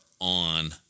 on